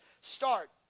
start